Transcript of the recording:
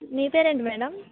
మీ పేరెంటి మేడం